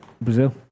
Brazil